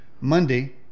monday